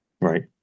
Right